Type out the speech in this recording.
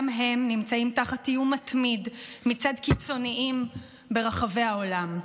גם הם נמצאים תחת איום מתמיד מצד קיצוניים ברחבי העולם.